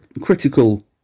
critical